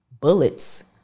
bullets